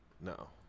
No